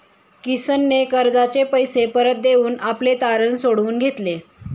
किशनने कर्जाचे पैसे परत देऊन आपले तारण सोडवून घेतले